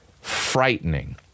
frightening